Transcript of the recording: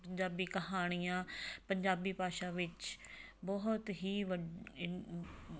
ਪੰਜਾਬੀ ਕਹਾਣੀਆਂ ਪੰਜਾਬੀ ਭਾਸ਼ਾ ਵਿੱਚ ਬਹੁਤ ਹੀ